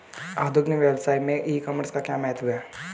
आधुनिक व्यवसाय में ई कॉमर्स का क्या महत्व है?